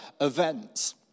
events